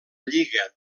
lliga